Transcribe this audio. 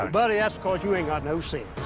buddy, that's because you ain't got no sense.